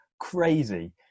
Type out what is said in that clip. crazy